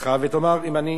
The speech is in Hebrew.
אתה לא טועה, אני כבר אומר לך.